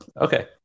okay